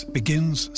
begins